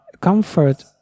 comfort